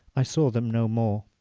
i saw them no more.